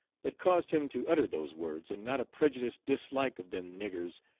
that caused him to utter those words, and not a prejudiced dislike of them niggers,